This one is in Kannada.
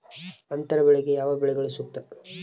ಅಂತರ ಬೆಳೆಗೆ ಯಾವ ಬೆಳೆಗಳು ಸೂಕ್ತ?